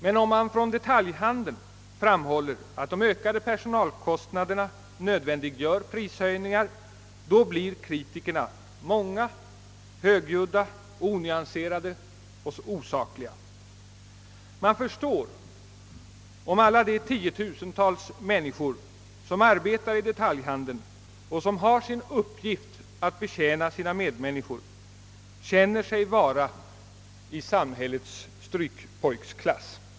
Men om detaljhandelns folk framhåller att de ökade personalkostnaderna nödvändiggör prishöjningar, då blir kritikerna många, högljudda, onyanserade och osakliga. Man förstår om alla de tiotusentals anställda inom detaljhandeln, som har till uppgift att betjäna sina medmänniskor, känner sig vara i samhällets strykpojkklass.